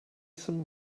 some